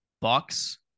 Bucks